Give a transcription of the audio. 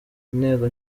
inteko